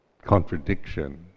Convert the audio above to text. contradiction